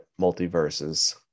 multiverses